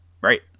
Right